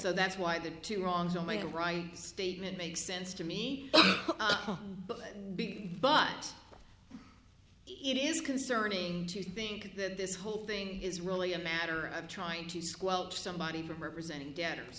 so that's why the two wrongs don't make a right statement makes sense to me big but it is concerning to think that this whole thing is really a matter of trying to squelch somebody representing debtors